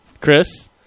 Chris